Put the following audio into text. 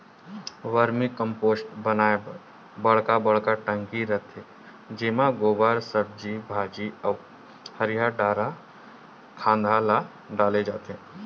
vermi compost बनाए बर बड़का बड़का टंकी रहिथे जेमा गोबर, सब्जी भाजी अउ हरियर डारा खांधा ल डाले जाथे